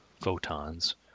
photons